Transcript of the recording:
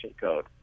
code